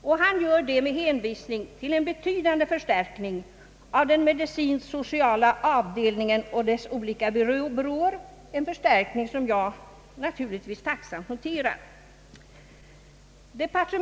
Han har gjort det med hänvisning till att en betydande förstärkning utöver utredningsförslaget sker rörande den medicinsktsociala avdelningen och dess olika byråer, en förstärkning som jag naturligtvis tacksamt noterar.